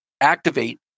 Activate